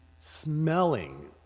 smelling